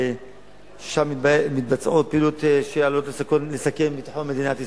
ששם מתבצעות פעילויות שעלולות לסכן את ביטחון מדינת ישראל.